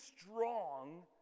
strong